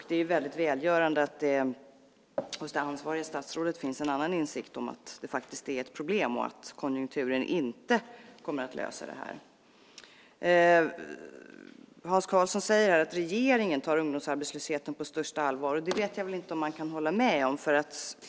Det är välgörande att det hos det ansvariga statsrådet finns en annan insikt om att det är ett problem och att konjunkturen inte kommer att lösa det här. Hans Karlsson säger att regeringen tar ungdomsarbetslösheten på största allvar. Det vet jag inte om jag kan hålla med om.